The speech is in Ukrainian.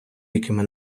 якими